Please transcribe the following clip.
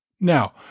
Now